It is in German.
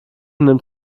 nimmt